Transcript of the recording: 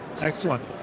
Excellent